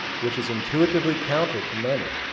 which is intuitively counter to many,